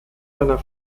seiner